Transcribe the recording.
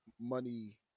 money